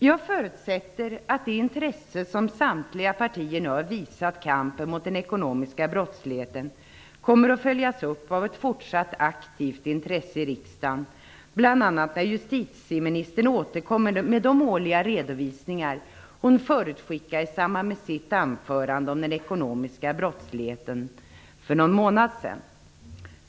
Jag förutsätter att det intresse som samtliga partier nu har visat kampen mot den ekonomiska brottsligheten kommer att följas upp av ett fortsatt aktivt intresse i Riksdagen, bl.a. när justitieministern återkommer med de årliga redovisningar hon förutskickade i samband med sitt anförande om den ekonomiska brottsligheten för någon månad sedan.